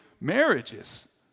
marriages